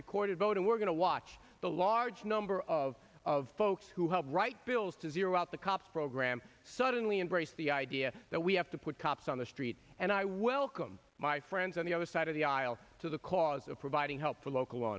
recorded vote and we're going to watch the large number of of folks who helped write bills to zero out the cops program suddenly embrace the idea that we have to put cops on the street and i welcome my friends on the other side of the aisle to the cause of providing help for local law